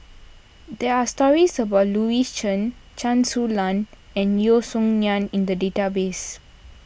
there are stories about Louis Chen Chen Su Lan and Yeo Song Nian in the database